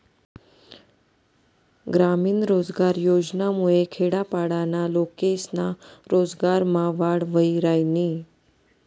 ग्रामीण रोजगार योजनामुये खेडापाडाना लोकेस्ना रोजगारमा वाढ व्हयी रायनी